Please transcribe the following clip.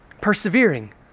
persevering